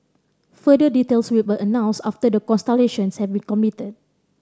further details will be announced after the consultations have been completed